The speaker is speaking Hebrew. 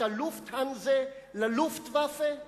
את ה"לופטהנזה" ל"לופטוואפה"?